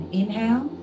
inhale